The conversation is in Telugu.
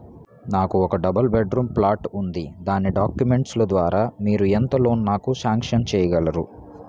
నాకు ఒక డబుల్ బెడ్ రూమ్ ప్లాట్ ఉంది దాని డాక్యుమెంట్స్ లు ద్వారా మీరు ఎంత లోన్ నాకు సాంక్షన్ చేయగలరు?